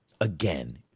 again